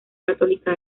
católica